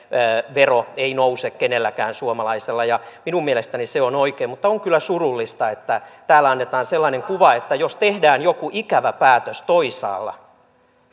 vero ei nouse kenelläkään suomalaisella minun mielestäni se on oikein mutta on kyllä surullista että täällä annetaan sellainen kuva että jos tehdään joku ikävä päätös toisaalla